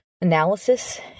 analysis